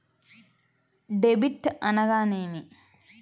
Debit అనగానేమి?